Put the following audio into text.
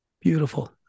Beautiful